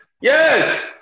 yes